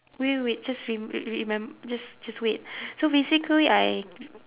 wait wait wait just rem~ re~ remem~ just just wait so basically I